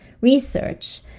research